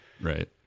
Right